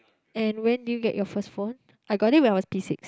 and when do you get your first phone I got it when I was P-six